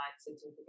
certificate